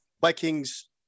Vikings